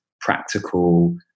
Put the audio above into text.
practical